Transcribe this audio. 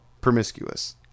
promiscuous